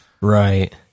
Right